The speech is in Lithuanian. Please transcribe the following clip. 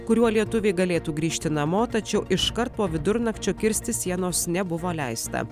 kuriuo lietuviai galėtų grįžti namo tačiau iškart po vidurnakčio kirsti sienos nebuvo leista